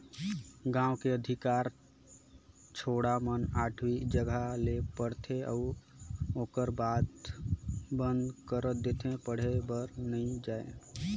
गांव के अधिकार छौड़ा मन आठवी जघा ले पढ़थे अउ ओखर बाद बंद कइर देथे पढ़े बर नइ जायें